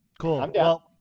Cool